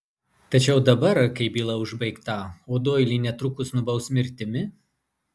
tačiau dabar kai byla užbaigta o doilį netrukus nubaus mirtimi